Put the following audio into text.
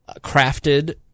crafted